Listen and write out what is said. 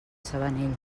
sabanell